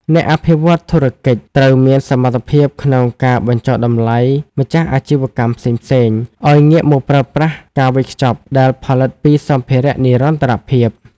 អ្នកអភិវឌ្ឍន៍ធុរកិច្ចត្រូវមានសមត្ថភាពក្នុងការបញ្ចុះបញ្ចូលម្ចាស់អាជីវកម្មផ្សេងៗ ឱ្យងាកមកប្រើប្រាស់ការវេចខ្ចប់ដែលផលិតពីសម្ភារៈនិរន្តរភាព។